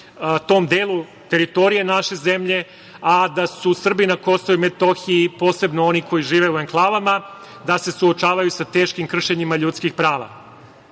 tom delu teritorije naše zemlje, a da su Srbi na KiM, posebno oni koji žive u enklavama, da se suočavaju sa teškim kršenjima ljudskih